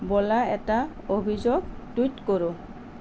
ব'লা এটা অভিযোগ টুইট কৰোঁ